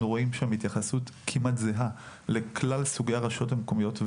אנחנו רואים שם התייחסות כמעט זהה לכלל סוגי הרשויות המקומיות.